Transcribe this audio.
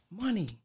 money